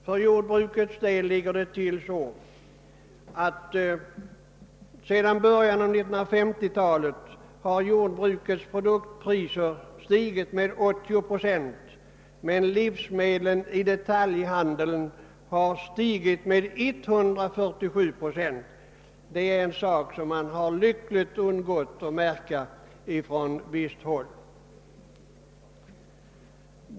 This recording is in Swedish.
För jordbrukets del ligger det till så, att jordbrukets produktpriser sedan början av 1950-talet har stigit med 80 procent, medan livsmedlen i detaljhandeln har stigit i pris med 147 procent. Det är en sak som man lyckligt har undgått att märka på visst håll.